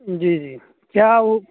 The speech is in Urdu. جی جی کیا وہ